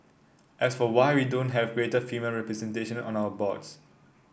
as for why we don't have greater female representation on our boards